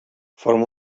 forma